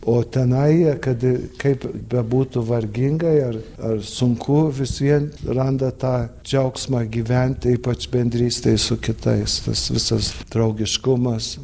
o tenai jie kad kaip bebūtų vargingai ar ar sunku vis vien randa tą džiaugsmą gyventi ypač bendrystėj su kitais tas visas draugiškumas